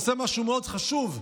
שעושה משהו מאוד חשוב,